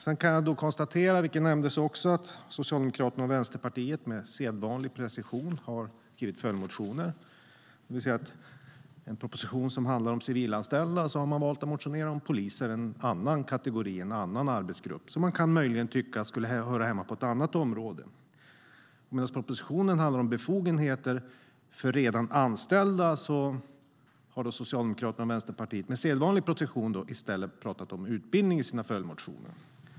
Sedan kan jag konstatera, vilket också nämndes, att Socialdemokraterna och Vänsterpartiet har skrivit följdmotioner - med sedvanlig precision, det vill säga att man i en proposition som handlar om civilanställda har valt att motionera om poliser. Det är en annan arbetsgrupp man möjligen kunde tycka hör hemma på ett annat område. Medan propositionen handlar om befogenheter för redan anställda har Socialdemokraterna och Vänsterpartiet, med sedvanlig precision, i stället pratat om utbildning i sina följdmotioner.